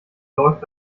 läuft